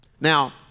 Now